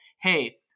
hey